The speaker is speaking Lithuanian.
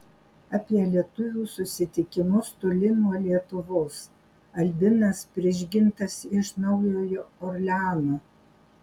apie lietuvių susitikimus toli nuo lietuvos albinas prižgintas iš naujojo orleano